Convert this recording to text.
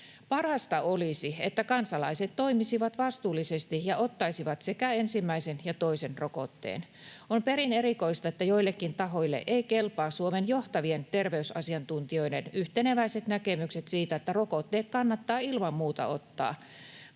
Parasta olisi, että kansalaiset toimisivat vastuullisesti ja ottaisivat sekä ensimmäisen että toisen rokotteen. On perin erikoista, että joillekin tahoille eivät kelpaa Suomen johtavien terveysasiantuntijoiden yhteneväiset näkemykset siitä, että rokotteet kannattaa ilman muuta ottaa.